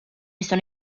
sono